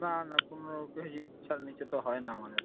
না না পনেরো কে জির ছাড় নিচে তো হয় না আমাদের